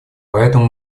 поэтому